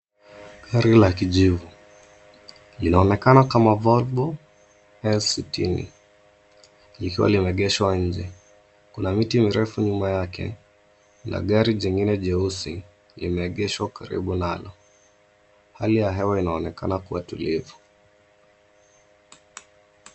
Gari la kijivu linaonekana kama volvo S sitini likiwa limeegeshwa nje. Kuna miti mirefu nyuma yake na gari jingine jeusi limeegeshwa karibu nalo. Hali ya hewa inaonekana kuwa tulivu.